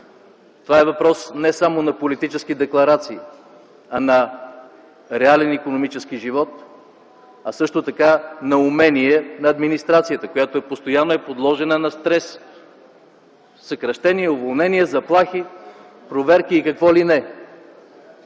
Това е въпрос не само на политически декларации, а на реален икономически живот, също така на умение на администрацията, която постоянно е подложена на стрес – съкращения, уволнения, заплахи, проверки и какво ли не!